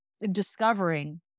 discovering